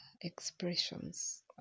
expressions